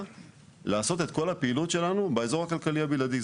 לעשות את כל הפעילות שלנו באזור הכלכלי הבלעדי,